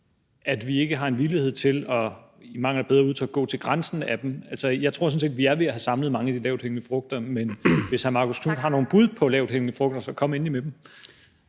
af et bedre udtryk – at gå til grænsen af dem. Altså, jeg tror sådan set, at vi er ved at have samlet mange af de lavthængende frugter, men hvis hr. Marcus Knuth har nogle bud på lavthængende frugter, så kom endelig med dem.